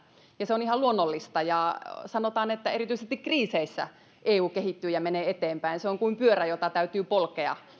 ja se on ihan luonnollista sanotaan että erityisesti kriiseissä eu kehittyy ja menee eteenpäin se on kuin pyörä jota täytyy polkea että